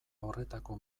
horretako